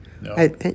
No